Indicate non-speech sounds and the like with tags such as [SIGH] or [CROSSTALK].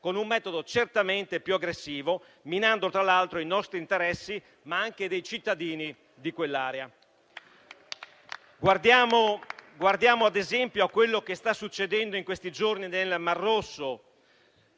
con un metodo certamente più aggressivo, minando tra l'altro i nostri interessi, ma anche quelli dei cittadini di quell'area. [APPLAUSE] Guardiamo ad esempio ciò che sta accadendo in questi giorni nel Mar Rosso.